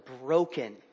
broken